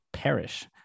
perish